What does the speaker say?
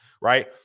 right